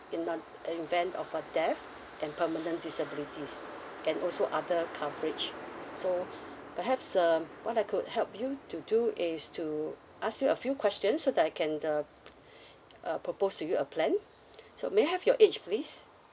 in um event of a death and permanent disabilities and also other coverage so perhaps um what I could help you to do is to ask you a few questions so that I can uh uh propose to you a plan so may I have your age please